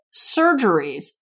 surgeries